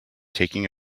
taking